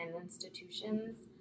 institutions